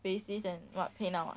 basis and what paynow ah